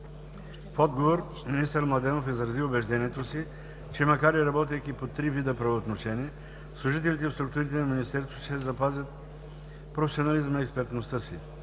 отговор министър Младенов изрази убеждението си, че макар и работейки по три вида правоотношения, служителите в структурите на Министерството ще запазят професионализма и експертността си.